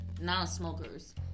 non-smokers